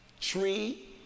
tree